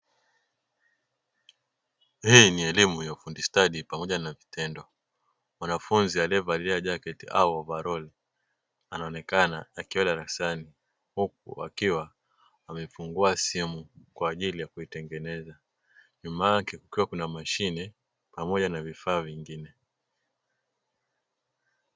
Hii ni elimu ya ufundi stadi pamoja na vitendo. Mwanafunzi aliyevalia jaketi au ovaroli anaoneka akiwa darasani huku akiwa amefungua simu kwa ajili ya kuitengeneza, nyuma yake kukiwa kuna mashine pamoja na vifaa vingine.